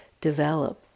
develop